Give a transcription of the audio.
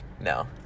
No